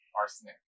Arsenic